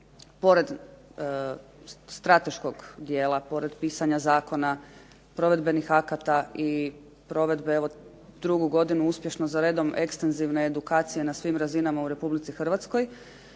pored strateškog dijela, pored pisanja zakona, provedbenih akata i provedbe evo drugu godinu uspješno za redom ekstenzivne edukacije na svim razinama u Republici Hrvatskoj